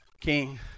King